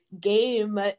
game